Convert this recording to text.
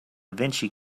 vinci